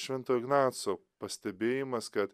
švento ignaco pastebėjimas kad